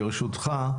ברשותך,